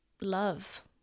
Love